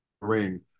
ring